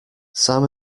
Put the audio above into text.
sam